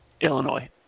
Illinois